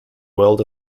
world